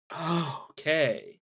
Okay